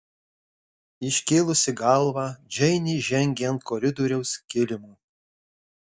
iškėlusi galvą džeinė žengė ant koridoriaus kilimo